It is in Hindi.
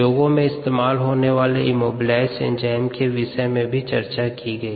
उद्योगों में इस्तेमाल होने वाले इमोबिलाइज्ड एंजाइम्स के विषय में भी चर्चा की गयी